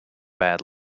bad